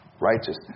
righteousness